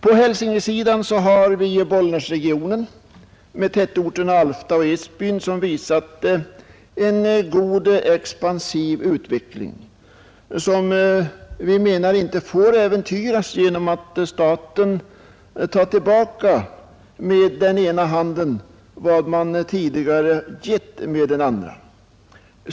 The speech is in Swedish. På Hälsinglandssidan har vi Bollnäsregionen med tätorterna Alfta och Edsbyn, vilka visat en god expansiv utveckling som enligt vår uppfattning inte får äventyras genom att staten med den ena handen tar tillbaka vad man tidigare gett med den andra.